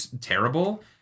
terrible